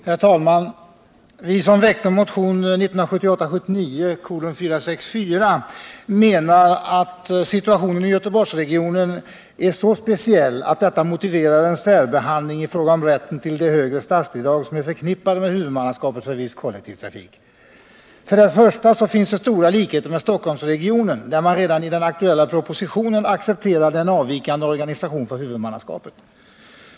Herr talman! Vi som väckte motionen 1978/79:464 menar att situationen i Göteborgsregionen är så speciell, att detta motiverar en särbehandling i fråga om rätten till de högre statsbidrag som är förknippade med huvudmannaskapet för viss kollektiv trafik. För det första finns det stora likheter med Stockholmsregionen, där man redan i den aktuella propositionen accepterade en avvikande organisation för huvudmannaskapet.